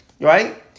right